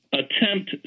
attempt